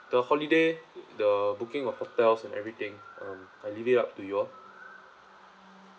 the holiday the booking of hotels and everything um I leave it up to you all